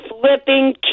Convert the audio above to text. flipping